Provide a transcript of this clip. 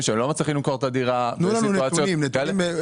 בהם הם לא מצליחים את הדירה --- תנו לנו נתונים בדוקים.